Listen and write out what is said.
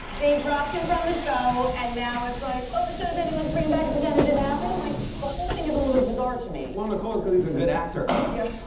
they dropped him from the show and now it's like, oh, the show's ending, let's bring him back and pretend it didn't happen. like, the whole thing is a little bit bizzare to me. well, nicole, it's because he's a good actor. yeah